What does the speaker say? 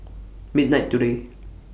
midnight today